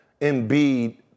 Embiid